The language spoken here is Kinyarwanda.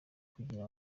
kugira